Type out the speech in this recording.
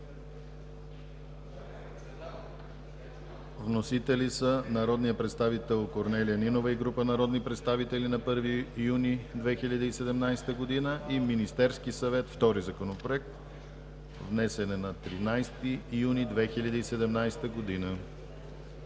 Вносители са народният представител Корнелия Нинова и група народни представители на 1 юни 2017 г. – първи, и Министерският съвет – втори Законопроект, внесен на 13 юни 2017 г.